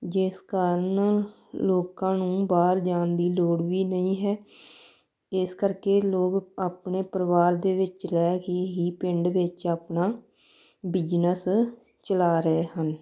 ਜਿਸ ਕਾਰਨ ਲੋਕਾਂ ਨੂੰ ਬਾਹਰ ਜਾਣ ਦੀ ਲੋੜ ਵੀ ਨਹੀਂ ਹੈ ਇਸ ਕਰਕੇ ਲੋਕ ਆਪਣੇ ਪਰਿਵਾਰ ਦੇ ਵਿੱਚ ਰਹਿ ਕੇ ਹੀ ਪਿੰਡ ਵਿੱਚ ਆਪਣਾ ਬਿਜਨਸ ਚਲਾ ਰਹੇ ਹਨ